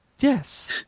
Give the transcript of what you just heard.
yes